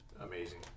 amazing